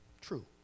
true